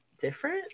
different